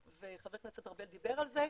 וח"כ ארבל דיבר על זה,